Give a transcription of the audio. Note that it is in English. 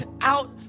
out